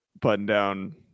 button-down